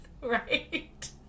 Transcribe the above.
Right